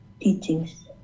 teachings